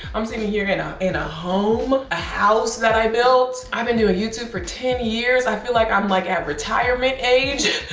i'm sitting here in a home, a house that i built. i've been doing youtube for ten years. i feel like i'm like at retirement age.